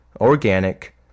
Organic